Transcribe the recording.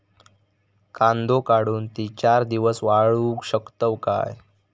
कांदो काढुन ती चार दिवस वाळऊ शकतव काय?